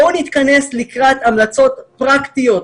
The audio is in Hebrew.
בואו נתכנס לקראת המלצות פרקטיות,